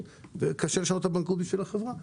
וקשה לשנות את הבנקאות בשביל החברה,